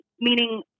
meaning